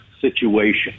situation